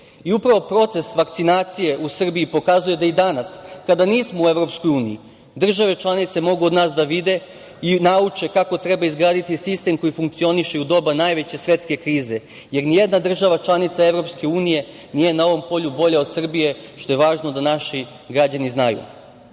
ideje. Upravo proces vakcinacije u Srbiji pokazuje da i danas, kada nismo u EU, države članice mogu od nas da vide i nauče kako treba izgraditi sistem koji funkcioniše i u doba najveće svetske krize, jer nijedna država članica EU nije na ovom polju bolja od Srbije, što je važno da naši građani